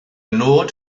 nod